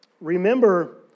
Remember